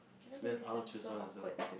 then I'll choose one also